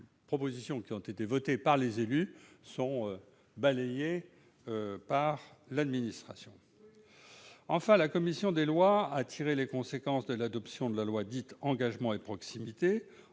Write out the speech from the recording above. les propositions votées par les élus sont balayées par l'administration. Enfin, la commission des lois a tiré les conséquences de l'adoption de la loi « Engagement et proximité »